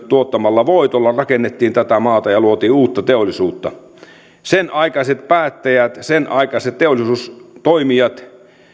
tuottamalla voitolla rakennettiin tätä maata ja luotiin uutta teollisuutta sen aikaiset päättäjät sen aikaiset teollisuustoimijat